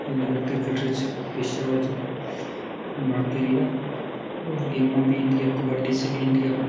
India cricket च अच्छा ऐ अज्ज बाकी रेहा होर गेमां गी इंडिया कबड्डी च बी इंडिया